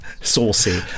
saucy